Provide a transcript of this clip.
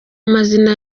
amazina